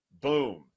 Boom